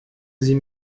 sie